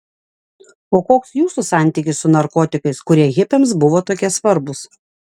o koks jūsų santykis su narkotikais kurie hipiams buvo tokie svarbūs